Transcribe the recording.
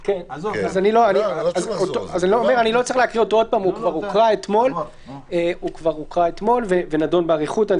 אני לא צריך להקריא אותו כי הוא כבר הוקרא אתמול ונדון באריכות.